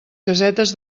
casetes